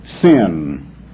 sin